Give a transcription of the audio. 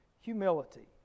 humility